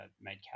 made